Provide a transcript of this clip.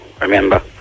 remember